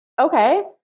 Okay